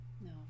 No